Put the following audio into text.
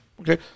Okay